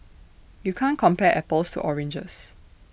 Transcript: you can't compare apples to oranges